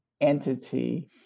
entity